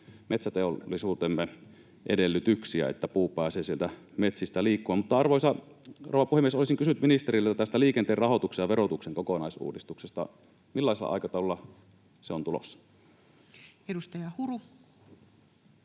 metsäteollisuutemme edellytyksiä, että puu pääsee sieltä metsistä liikkumaan. Arvoisa rouva puhemies! Olisin kysynyt ministeriltä tästä liikenteen rahoituksen ja verotuksen kokonaisuudistuksesta: millaisella aikataululla se on tulossa? Edustaja Huru.